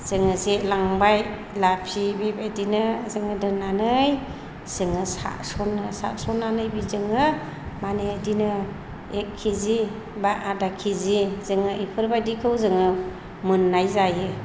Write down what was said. जोङो जे लांबाय लाफि बेबायदिनो जोङो दोननानै जोङो सारसनो सारसननानै बिजोंनो माने इदिनो एक केजि एबा आदा केजि जोङो इफोरबादिखौ जोङो मोननाय जायो